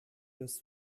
des